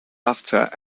after